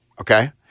okay